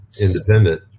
independent